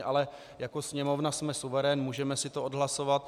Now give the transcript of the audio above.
Ale jako Sněmovna jsme suverén, můžeme si to odhlasovat.